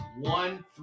one